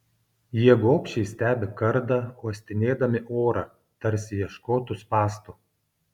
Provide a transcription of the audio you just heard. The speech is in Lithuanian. jie gobšiai stebi kardą uostinėdami orą tarsi ieškotų spąstų